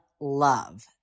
love